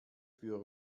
für